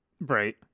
Right